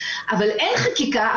אבל אין חקיקה.